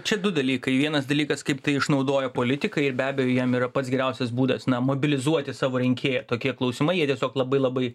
čia du dalykai vienas dalykas kaip tai išnaudoja politikai ir be abejo jiem yra pats geriausias būdas na mobilizuoti savo rinkėją tokie klausimai jie tiesiog labai labai